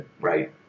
Right